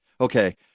Okay